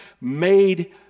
made